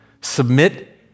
Submit